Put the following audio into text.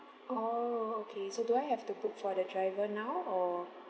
oh okay so do I have to book for the driver now or